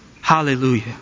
Hallelujah